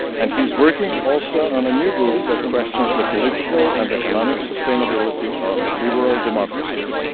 and he's working also on a new book that questions the political and economic sustainability of liberal democracies,